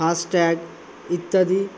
Fastrack ইত্যাদি